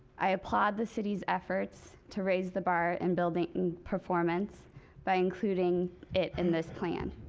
i applaud the city's efforts to raise the bar in building performance by including it in this plan.